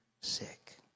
sick